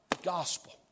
gospel